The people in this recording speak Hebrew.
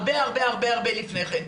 הרבה הרבה לפני כן,